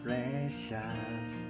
Precious